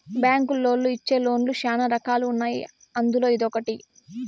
బ్యాంకులోళ్ళు ఇచ్చే లోన్ లు శ్యానా రకాలు ఉన్నాయి అందులో ఇదొకటి